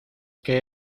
que